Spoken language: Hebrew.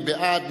מי בעד?